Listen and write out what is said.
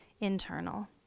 internal